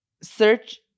search